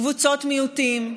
קבוצות מיעוטים,